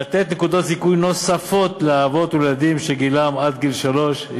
לתת נקודות זיכוי נוספות לאבות לילדים שגילם עד גיל שלוש,